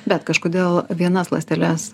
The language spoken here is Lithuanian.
bet kažkodėl vienas ląsteles